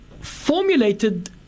formulated